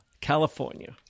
california